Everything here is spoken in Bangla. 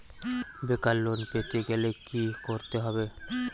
বেকার লোন পেতে গেলে কি করতে হবে?